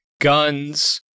guns